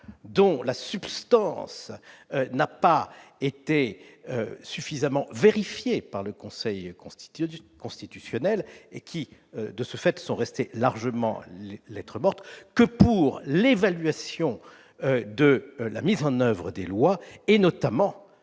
dont la substance n'a pas été suffisamment vérifiée par le Conseil constitutionnel et qui, de ce fait, est resté largement lettre morte, que sur l'évaluation de la mise en oeuvre des lois, notamment